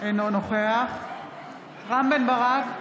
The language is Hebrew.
אינו נוכח רם בן ברק,